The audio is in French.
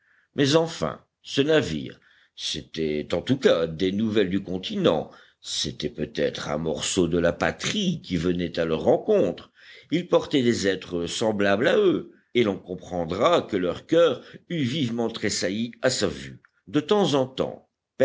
mais enfin ce navire c'était en tout cas des nouvelles du continent c'était peut-être un morceau de la patrie qui venait à leur rencontre il portait des êtres semblables à eux et l'on comprendra que leur coeur eût vivement tressailli à sa vue de temps en temps